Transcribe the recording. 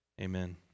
Amen